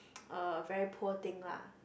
uh very poor thing lah